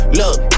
look